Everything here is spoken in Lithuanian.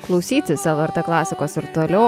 klausytis lrt klasikos ir toliau